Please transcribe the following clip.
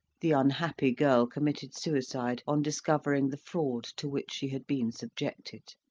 the unhappy girl committed suicide on discovering the fraud to which she had been subjected.